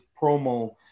promo